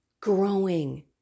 growing